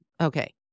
Okay